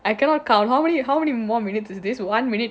I cannot count how many how many more minutes is this one minute